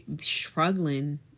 struggling